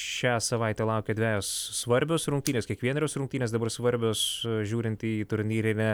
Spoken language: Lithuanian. šią savaitę laukia dvejos svarbios rungtynės kiekvienerios rungtynės dabar svarbios žiūrint į turnyrinę